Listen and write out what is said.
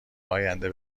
آینده